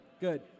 Good